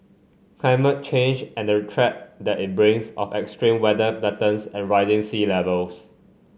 climate change and the threat that it brings of extreme weather patterns and rising sea Levels